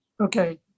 okay